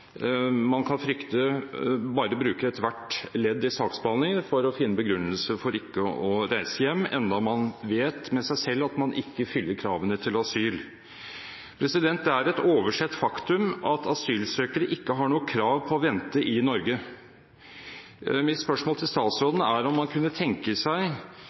man da kan frykte bare bruker ethvert ledd i saksbehandlingene for å finne begrunnelser for ikke å reise hjem, enda man vet med seg selv at man ikke fyller kravene til asyl. Det er et oversett faktum at asylsøkere ikke har noe krav på å vente i Norge. Mitt spørsmål til statsråden er: Kunne man tenke seg